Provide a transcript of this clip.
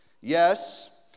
Yes